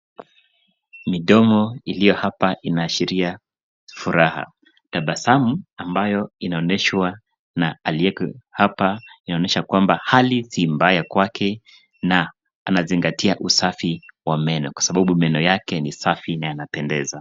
Midomo iliyo hapa inaashiria furaha. Tabasamu inayoonyeshwa na aliyoko hapa inaonyesha kwamba hali si mbaya kwake na anazingatia usafi wa meno kwa sababu meno yake ni safi na yanapendeza.